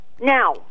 Now